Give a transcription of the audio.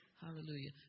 Hallelujah